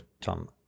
Tom